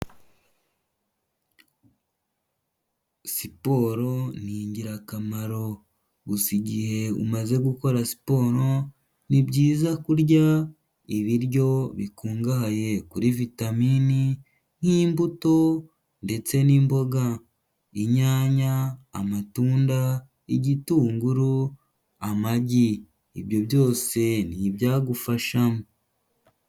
Siporo ni ingirakamaro. Gusa igihe umaze gukora siporo, ni byiza kurya ibiryo bikungahaye kuri vitamini nk'imbuto ndetse n'imboga, inyanya, amatunda, igitunguru, amagi. Ibyo byose ni ibyagufa.